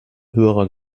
höherer